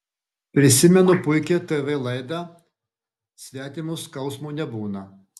prisimenu puikią tv laidą svetimo skausmo nebūna